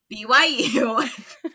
BYU